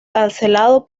cancelado